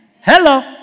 Hello